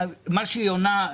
מה שהיא עונה,